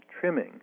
trimming